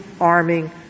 arming